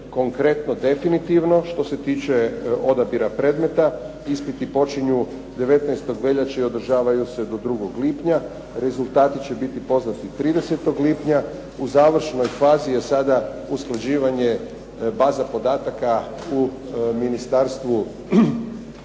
konkretno definitivno, što se tiče odabira predmeta, ispiti počinju 19. veljače i održavaju se do 2. lipnja. Rezultati će biti poznati 30. lipnja. U završnoj fazi je sada usklađivanje baza podataka u Ministarstvu uprave,